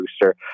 booster